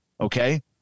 okay